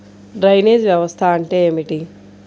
Drainage వ్యవస్థ అంటే ఏమిటి?